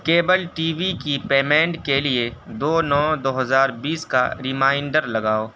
cable T V کی payment کے لیے دو نو دو ہزار بیس کا ریمائنڈر لگاؤ